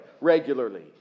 regularly